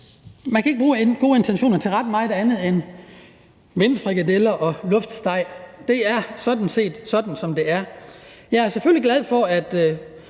Man kan ikke bruge gode intentioner til ret meget andet end vindfrikadeller og luftsteg. Det er sådan set sådan, det er. Jeg er selvfølgelig glad for, at